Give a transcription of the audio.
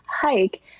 hike